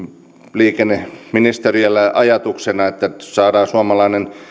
liikenneministeriöllä ajatuksena että saadaan suomalainen